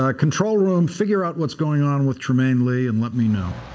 ah control room, figure out what's going on with trymaine lee and let me know.